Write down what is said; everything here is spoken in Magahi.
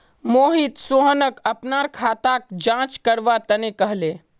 मोहित सोहनक अपनार खाताक जांच करवा तने कहले